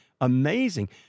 amazing